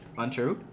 untrue